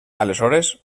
aleshores